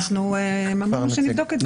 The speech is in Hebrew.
הם אמרו שנבדוק את זה.